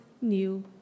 new